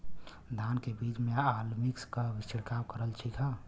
धान के बिज में अलमिक्स क छिड़काव करल ठीक ह?